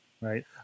Right